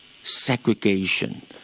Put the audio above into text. segregation